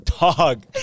Dog